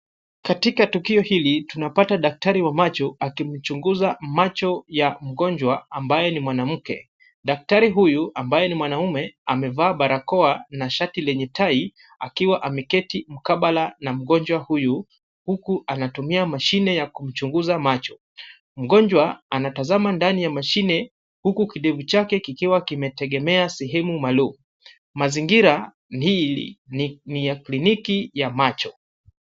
Katika tukio hili, tunapata daktari wa macho akimchunguza macho ya mgonjwa ambaye ni mwanamke. Daktari huyu ambaye ni mwanaume amevaa barakoa na shati lenye tai akiwa ameketi mkabala na mgonjwa huyu huku anatumia mashine ya kumchunguza macho, Mgonjwa anatazama ndani ya mashine huku kidevu chake kikiwa kimetegemea sehemu maalum. Mazingiri hili ni ya kliniki ya macho.